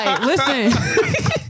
listen